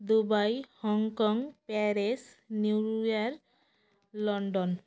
Dubai Hong Kong Paris New York London